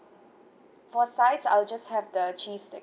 for sides I'll just have the cheese sticks